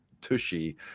Tushy